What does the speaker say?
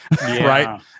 Right